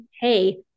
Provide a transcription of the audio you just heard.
Hey